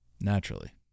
naturally